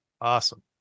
Awesome